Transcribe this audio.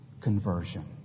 conversion